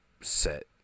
set